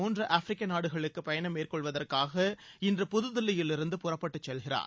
மூன்று ஆப்பிரிக்க நாடுகளுக்கு பயணம் மேற்கொள்வதற்காக இன்று புதுதில்லியிலிருந்து புறப்பட்டுச் செல்கிறார்